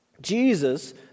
Jesus